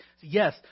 yes